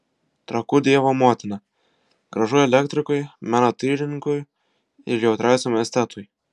trakų dievo motina gražu elektrikui menotyrininkui ir jautriausiam estetui